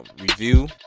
Review